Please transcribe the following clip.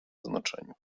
znaczeniu